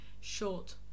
short